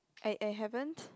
I I haven't